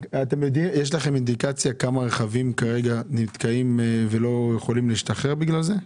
יש לכם אינדיקציה כמה רכבים כרגע נתקעים ולא יכולים להשתחרר בגלל זה?